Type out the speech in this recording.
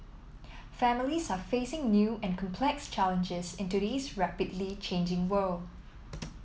families are facing new and complex challenges in today's rapidly changing world